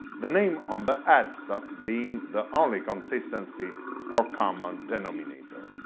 the name on the headstock being the only consistency or common denominator.